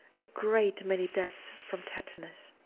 a great many deaths from tetanus.